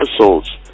episodes